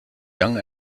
young